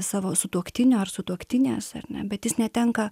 savo sutuoktinio ar sutuoktinės ar ne bet jis netenka